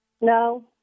No